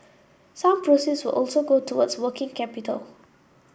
some proceeds will also go towards working capital